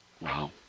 Wow